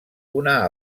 una